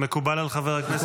מקובל על חבר הכנסת?